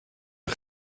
een